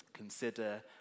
Consider